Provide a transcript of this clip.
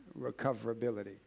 recoverability